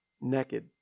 naked